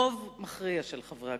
רוב חברי הכנסת.